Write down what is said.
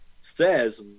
says